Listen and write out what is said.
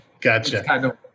Gotcha